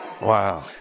Wow